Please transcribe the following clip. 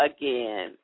again